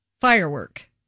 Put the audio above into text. Firework